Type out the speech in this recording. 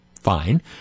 Fine